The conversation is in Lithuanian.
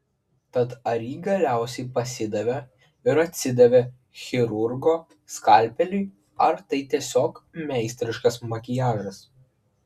tad ar ji galiausiai pasidavė ir atsidavė chirurgo skalpeliui ar tai tiesiog meistriškas makiažas